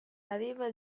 arriva